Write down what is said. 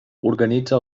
organitza